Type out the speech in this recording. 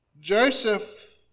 Joseph